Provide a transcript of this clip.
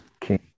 King